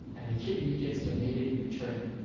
and the kidney gets donated in return.